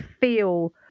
feel